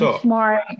Smart